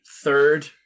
third